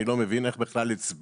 אני לא מבין איך בכלל הצביעו